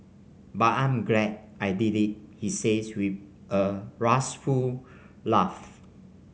but I'm glad I did it he says with a rueful laugh